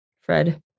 Fred